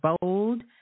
bold